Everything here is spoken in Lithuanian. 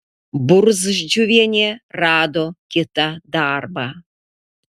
burzdžiuvienė rado kitą darbą